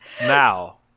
Now